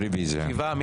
שבעה.